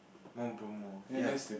Mount ya